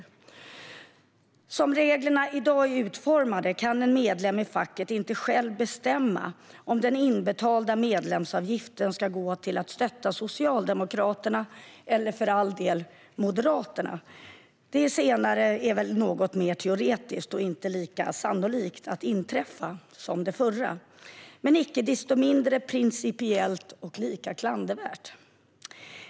Så som reglerna är utformade i dag kan en medlem i facket inte själv bestämma om den inbetalda medlemsavgiften ska gå till att stötta Socialdemokraterna, eller för all del Moderaterna. Det senare är väl något mer teoretiskt; det är inte lika sannolikt att det ska inträffa som det förra. Men det är icke desto mindre principiellt klandervärt.